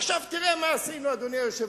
עכשיו תראה מה עשינו, אדוני היושב-ראש.